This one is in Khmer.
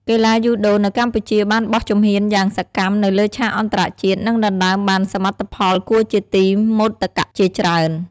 កីឡាយូដូនៅកម្ពុជាបានបោះជំហានយ៉ាងសកម្មនៅលើឆាកអន្តរជាតិ និងដណ្តើមបានសមិទ្ធផលគួរជាទីមោទកៈជាច្រើន ។